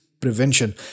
prevention